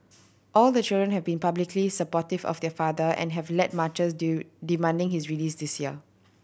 all the children have been publicly supportive of their father and have led marches due demanding his release this year